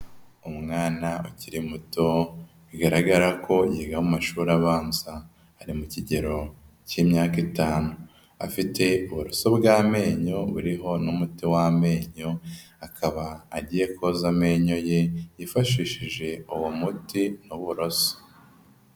Umwana ukiri muto bigaragara ko yiga mu mashuri abanza, ari mu kigero cy'imyaka itanu, afite uburoso bw'amenyo buriho n'umuti w'amenyo, akaba agiye koza amenyo ye yifashishije uwo muti n'uburoso.